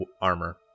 armor